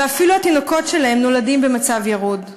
ואפילו התינוקות שלהם נולדים במצב ירוד.